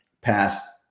past